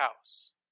house